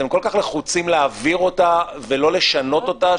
אתם כל כך לחוצים להעביר אותה ולא לשנות אותה?